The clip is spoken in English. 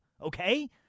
Okay